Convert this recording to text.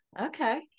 okay